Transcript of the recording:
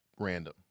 Random